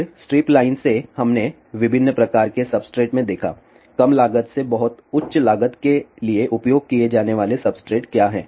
फिर strip line से हमने विभिन्न प्रकार के सबस्ट्रेट्स में देखा कम लागत से बहुत उच्च लागत के लिए उपयोग किए जाने वाले सबस्ट्रेट्स क्या हैं